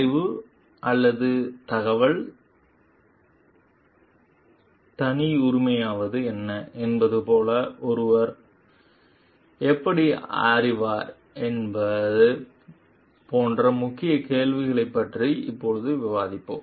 அறிவு அல்லது தகவல் தனியுரிமமானது என்ன என்பது போல ஒருவர் எப்படி அறிவார் என்பது போன்ற முக்கிய கேள்வியைப் பற்றி இப்போது விவாதிப்போம்